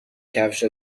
کفش